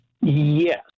Yes